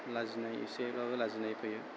लाजिनाय एसेबाबो लाजिनाय फैयो